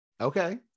Okay